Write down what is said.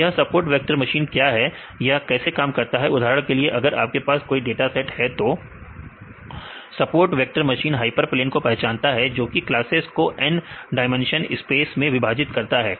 तो यह support vector machine क्या है यह कैसे काम करता है उदाहरण के लिए अगर आपके पास कोई डाटा सेट है तो सपोर्ट वेक्टर मशीन हाइपरप्लेन को पहचानता है जोकि क्लासेस को n डाइमेंशनल स्पेस मैं विभाजित करता है